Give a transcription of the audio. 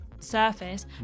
surface